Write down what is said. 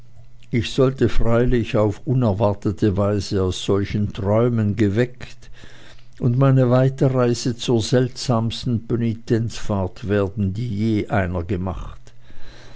ich sollte freilich auf unerwartete weise aus solchen träumen geweckt und meine weiterreise zur seltsamsten pönitenzfahrt werden die je einer gemacht